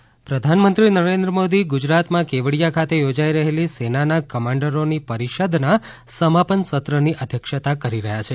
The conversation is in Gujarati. ગુજરાત પ્રધાનમંત્રી નરેન્દ્ર મોદી ગુજરાતમાં કેવડીયા ખાતે યોજાઇ રહેલી સેનાના કમાન્ડરોની પરીષદના સમાપન સત્ર ની અધ્યક્ષતા કરી રહ્યા છે